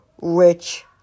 rich